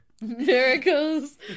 miracles